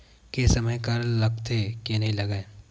के समय कर लगथे के नइ लगय?